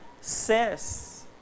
says